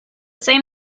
same